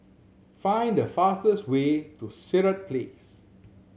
find the fastest way to Sirat Place